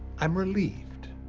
i'm relieved.